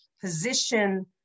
position